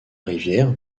rivière